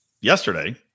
yesterday